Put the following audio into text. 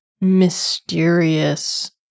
mysterious